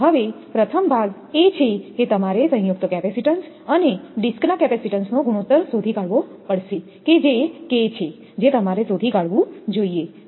હવે પ્રથમ ભાગ એ છે કે તમારે સંયુક્ત કેપેસિટીન્સ અને ડિસ્કના કેપેસિટેન્સનો ગુણોત્તર શોધી કાઢવો પડશે કે જે K છે જે તમારે શોધી કાઢવું જોઈએ